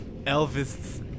Elvis